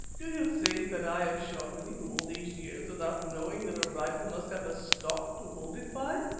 do you think that i have shot with you all these years without knowing that a rifle must have a stock to hold it by?